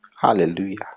hallelujah